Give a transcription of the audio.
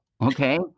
okay